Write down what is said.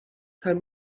tell